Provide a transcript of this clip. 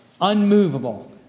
Unmovable